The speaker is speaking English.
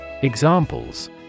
Examples